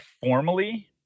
formally